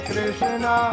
Krishna